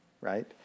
right